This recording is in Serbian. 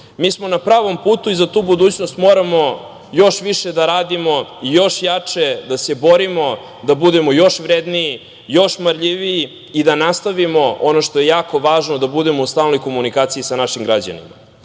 smo na pravom putu i za tu budućnost moramo još više da radimo, i još jače da se borimo da budemo još vredniji i još marljiviji i da nastavimo ono što je jako važno, da budemo u stalnoj komunikaciji sa našim građanima. Pred